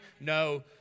no